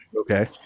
Okay